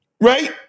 Right